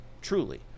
truly